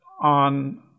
on